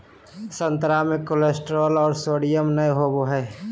संतरा मे कोलेस्ट्रॉल और सोडियम नय होबय हइ